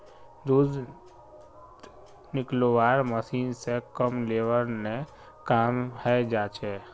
दूध निकलौव्वार मशीन स कम लेबर ने काम हैं जाछेक